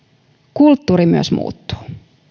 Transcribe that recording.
kulttuuri muuttuu